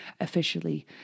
officially